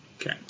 Okay